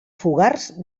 fogars